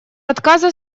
отказа